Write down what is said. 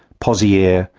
pozieres,